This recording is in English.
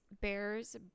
bear's